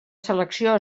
selecció